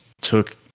took